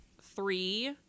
three